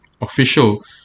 official